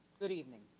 good evening,